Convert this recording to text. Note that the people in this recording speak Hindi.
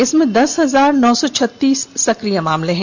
इसमें दस हजार नौ सौ छत्तीस सक्रिय केस हैं